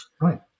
Right